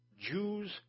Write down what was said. Jews